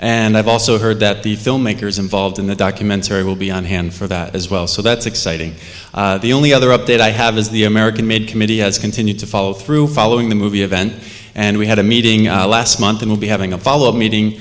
and i've also heard that the filmmakers involved in the documentary will be on hand for that as well so that's exciting the only other update i have is the american made committee has continued to follow through following the movie event and we had a meeting last month that will be having a follow up meeting